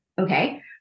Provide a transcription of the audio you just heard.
okay